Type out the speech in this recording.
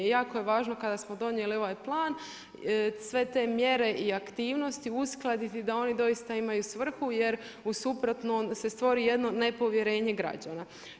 Jako je važno kada smo donijeli ovaj plan sve te mjere i aktivnosti uskladiti da oni doista imaju svrhu jer u suprotnom se stvori jedno nepovjerenje građana.